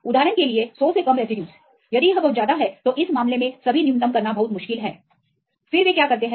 उदाहरण के लिए 100से कम रेसिड्यू यदि यह बहुत ज्यादा है तो इस मामले में सभी न्यूनतम करना बहुत मुश्किल है फिर वे क्या करते हैं